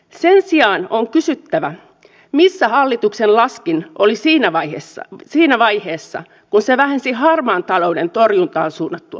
sen sijaan on kysyttävä missä hallituksen laskin oli siinä vaiheessa kun se vähensi harmaan talouden torjuntaan suunnattua rahaa